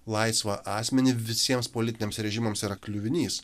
laisvą asmenį visiems politiniams režimams yra kliuvinys